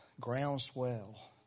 groundswell